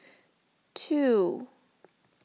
two